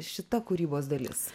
šita kūrybos dalis